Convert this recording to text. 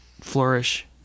flourish